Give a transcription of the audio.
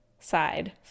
side